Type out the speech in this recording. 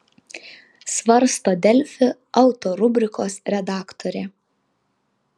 svarsto delfi auto rubrikos redaktorė